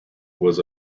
was